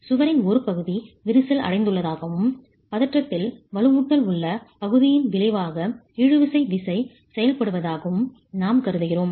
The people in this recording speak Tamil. சுவரின் ஒரு பகுதி விரிசல் அடைந்துள்ளதாகவும் பதற்றத்தில் வலுவூட்டல் உள்ள பகுதியின் விளைவாக இழுவிசை விசை செயல்படுவதாகவும் நாம் கருதுகிறோம்